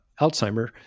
Alzheimer